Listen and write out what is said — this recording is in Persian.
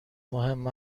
مهم